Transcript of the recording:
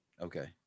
Okay